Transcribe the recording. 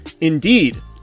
Indeed